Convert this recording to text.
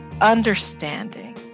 understanding